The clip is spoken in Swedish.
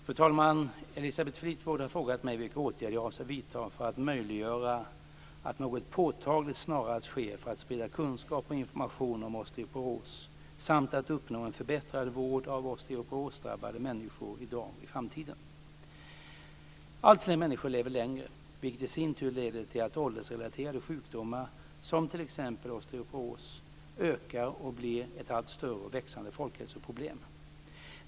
Fru talman! Elisabeth Fleetwood har frågat mig vilka åtgärder jag avser vidta för att möjliggöra att något påtagligt snarast sker för att sprida kunskap och information om osteoporos samt att uppnå en förbättrad vård av osteoporosdrabbade människor i dag och i framtiden. Alltfler människor lever längre, vilket i sin tur leder till att åldersrelaterade sjukdomar som t.ex. osteoporos ökar och blir ett allt större och växande folkhälsoproblem.